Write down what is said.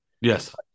Yes